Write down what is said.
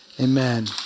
Amen